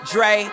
Dre